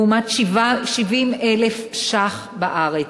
לעומת 70,000 שקלים בארץ.